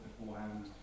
beforehand